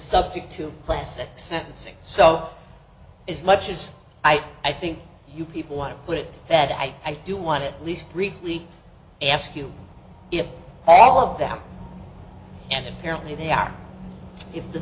subject to class at sentencing so as much as i i think you people want to put it that i do want to at least briefly ask you if all of them and parent knew they are if the